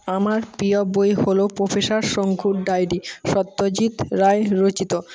আমার প্রিয় বই হল প্রফেসার শঙ্কুর ডায়েরি সত্যজিৎ রায়ের রচিত